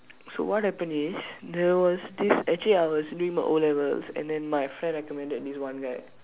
so what happen is there was this actually I was doing my o-levels and then my friend recommended this one guy